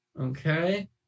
Okay